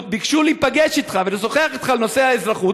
ביקשה להיפגש אתך ולשוחח אתך על נושא האזרחות.